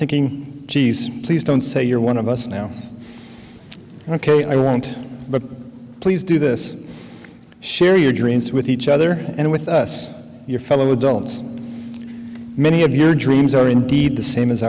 thinking geez please don't say you're one of us now ok i won't but please do this share your dreams with each other and with us your fellow adults many of your dreams are indeed the same as